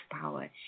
power